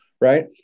Right